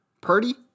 Purdy